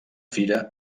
fira